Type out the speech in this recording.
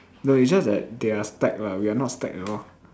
no it's just that they are stacked lah we are not stacked at all